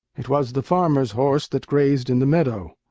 it was the farmer's horse that grazed in the meadow.